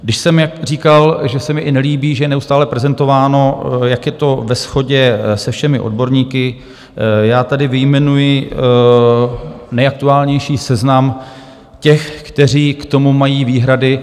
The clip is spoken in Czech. Když jsem říkal, že se mi i nelíbí, že je neustále prezentováno, jak je to ve shodě se všemi odborníky já tady vyjmenuji nejaktuálnější seznam těch, kteří k tomu mají výhrady.